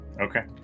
Okay